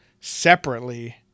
separately